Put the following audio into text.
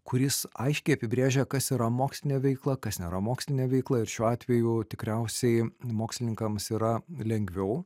kuris aiškiai apibrėžia kas yra mokslinė veikla kas nėra mokslinė veikla ir šiuo atveju tikriausiai mokslininkams yra lengviau